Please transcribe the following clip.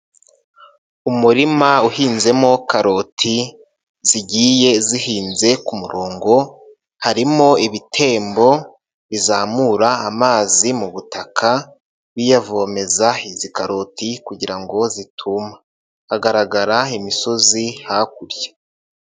Umurima uhinzemo karoti zigiye zihinze kumurongo, harimo ibitembo bizamura amazi mu butaka, biyavomeza izi karoti kugira ngo zituma, hagaragara imisozi hakurya.